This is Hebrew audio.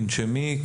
תנשמי,